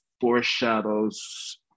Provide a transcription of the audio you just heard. foreshadows